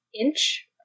inch